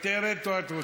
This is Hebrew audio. מוותרת או את רוצה?